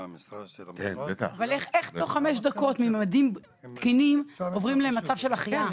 לא הבנתי איך תוך חמש דקות ממדדים תקינים עוברים למצב של החייאה?